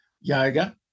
yoga